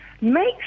make